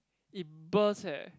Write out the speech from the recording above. it burst eh